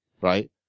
Right